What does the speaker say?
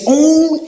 own